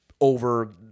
over